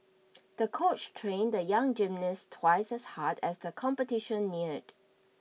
the coach trained the young gymnast twice as hard as the competition neared